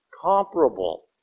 comparable